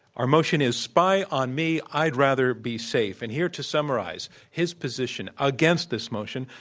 our motion is spy on me, i'd rather be safe. and here to summarize his position against this motion,